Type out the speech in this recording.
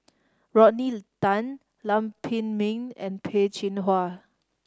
Rodney Tan Lam Pin Min and Peh Chin Hua